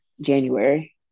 January